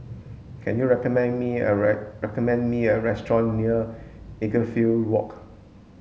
can you recommend me a recommend me a restaurant near Edgefield Walk